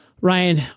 Ryan